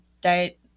diet